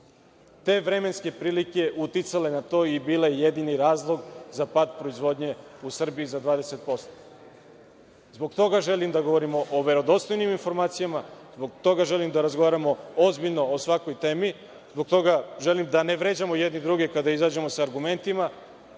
te vremenske prilike uticale na to i bile jedini razlog za pad proizvodnje u Srbiji za 20%. Zbog toga želim da govorimo o verodostojnim informacijama, zbog toga želim da razgovaramo ozbiljno o svakoj temi, zbog toga želim da ne vređamo jedni druge pa da izađemo sa argumentima,